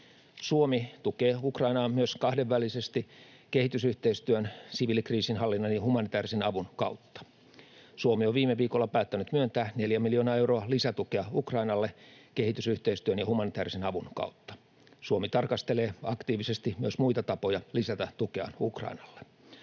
Suomi tukee Ukrainaa myös kahdenvälisesti kehitysyhteistyön, siviilikriisinhallinnan ja humanitäärisen avun kautta. Suomi on viime viikolla päättänyt myöntää 4 miljoonaa euroa lisätukea Ukrainalle kehitysyhteistyön ja humanitäärisen avun kautta. Suomi tarkastelee aktiivisesti myös muita tapoja lisätä tukeaan Ukrainalle.